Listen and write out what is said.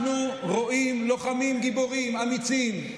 אנחנו רואים לוחמים גיבורים, אמיצים.